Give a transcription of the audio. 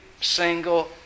single